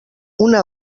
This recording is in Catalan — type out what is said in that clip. una